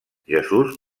jesús